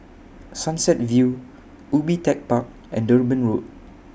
Sunset View Ubi Tech Park and Durban Road